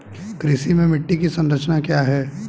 कृषि में मिट्टी की संरचना क्या है?